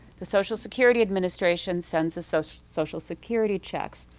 the social security administration sends the social social security checks.